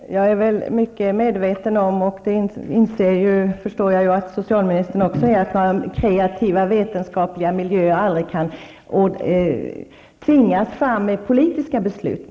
Herr talman! Jag är mycket medveten om att kreativa vetenskapliga miljöer aldrig kan tvingas fram med politiska beslut, och jag förstår att även socialministern är medveten om detta.